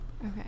Okay